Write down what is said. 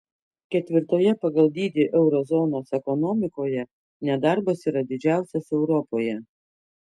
ketvirtoje pagal dydį euro zonos ekonomikoje nedarbas yra didžiausias europoje